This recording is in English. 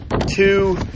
two